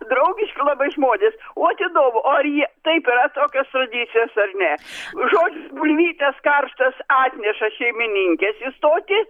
draugiški labai žmonės vat įdomu o ar jie taip yra tokios tradicijos ar ne žodžiu bulvytes karštas atneša šeimininkės į stotį